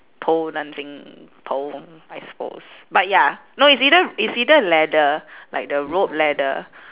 pole dancing pole I suppose but ya no it's either it's either ladder like the rope ladder